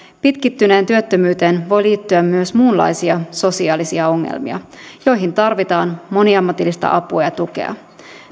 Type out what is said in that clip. pitkittyneeseen työttömyyteen voi liittyä myös muunlaisia sosiaalisia ongelmia joihin tarvitaan moniammatillista apua ja tukea